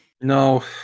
No